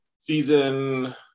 season